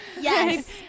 yes